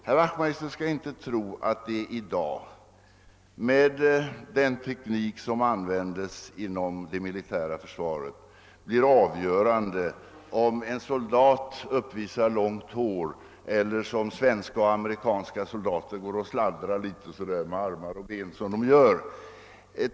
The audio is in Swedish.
Herr Wachtmeister skall inte tro att det i dag, med den teknik som används inom det militära försvaret, blir avgörande om en soldat uppvisar långt hår eller, som svenska och amerikanska soldater gör, går och »sladdrar» litet med armar och ben.